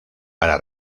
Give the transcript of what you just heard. para